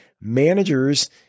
managers